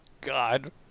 God